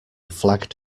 flagged